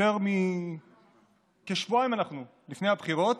אנחנו כשבועיים לפני הבחירות,